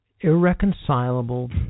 irreconcilable